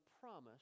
promise